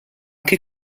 che